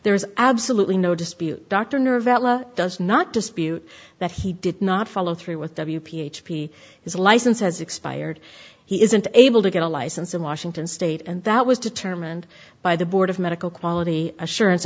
there is absolutely no dispute dr nerve l a does not dispute that he did not follow through with the p h p his license has expired he isn't able to get a license in washington state and that was determined by the board of medical quality assurance